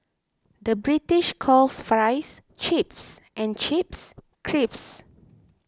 the British calls Fries Chips and Chips Crisps